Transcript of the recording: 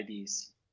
IDs